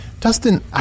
Dustin